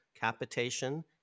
capitation